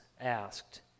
asked